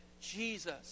Jesus